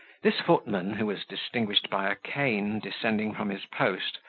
this footman, who was distinguished by a cane, descending from his post,